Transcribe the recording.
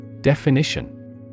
Definition